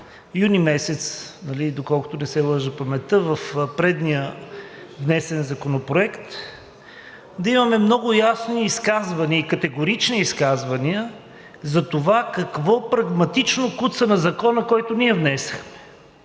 юни месец, ако не ме лъже паметта, в предния внесен законопроект, да имаме много ясни изказвания и категорични изказвания за това какво прагматично куца на закона, който ние внесохме.